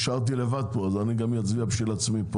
נשארתי כאן לבד, אז אני גם אצביע בשביל עצמי.